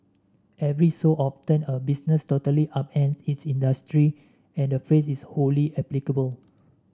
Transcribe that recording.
every so often a business totally upends its industry and the phrase is wholly applicable